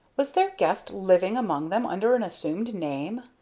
was their guest living among them under an assumed name?